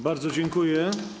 Bardzo dziękuję.